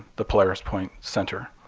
the polaris point center.